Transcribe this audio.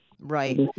Right